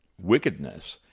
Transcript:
wickedness